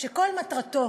שכל מטרתו